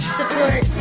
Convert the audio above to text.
support